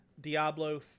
Diablo